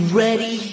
ready